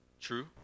true